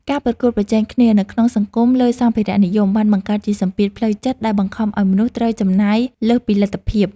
ការប្រកួតប្រជែងគ្នានៅក្នុងសង្គមលើសម្ភារៈនិយមបានបង្កើតជាសម្ពាធផ្លូវចិត្តដែលបង្ខំឱ្យមនុស្សត្រូវចំណាយលើសពីលទ្ធភាព។